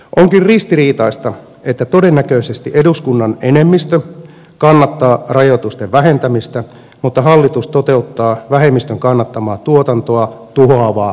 onkin ristiriitaista että todennäköisesti eduskunnan enemmistö kannattaa rajoitusten vähentämistä mutta hallitus toteuttaa vähemmistön kannattamaa tuotantoa tuhoavaa rajoituspolitiikkaa